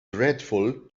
dreadful